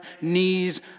knees